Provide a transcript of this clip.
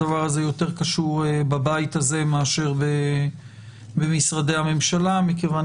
הדבר הזה יותר קשור בבית הזה מאשר במשרדי הממשלה מכיוון